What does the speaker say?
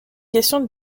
question